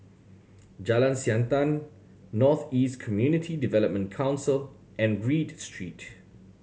Jalan Siantan North East Community Development Council and Read Street